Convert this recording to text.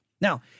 Now